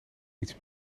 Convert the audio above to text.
iets